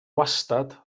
wastad